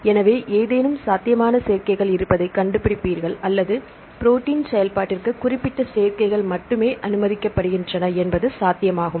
எனவே ஏதேனும் சாத்தியமான சேர்க்கைகள் இருப்பதைக் கண்டுபிடிப்பீர்கள் அல்லது ப்ரோடீன்ச் செயல்பாட்டிற்கு குறிப்பிட்ட சேர்க்கைகள் மட்டுமே அனுமதிக்கப்படுகின்றன என்பது சாத்தியமாகும்